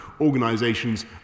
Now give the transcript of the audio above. organisations